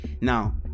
Now